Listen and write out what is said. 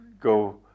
go